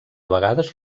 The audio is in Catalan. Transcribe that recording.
vegades